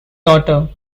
daughter